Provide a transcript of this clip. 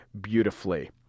beautifully